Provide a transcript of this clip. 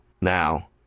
now